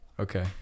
Okay